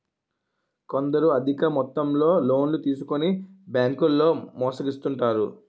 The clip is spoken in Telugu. కొందరు అధిక మొత్తంలో లోన్లు తీసుకొని బ్యాంకుల్లో మోసగిస్తుంటారు